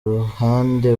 ruhande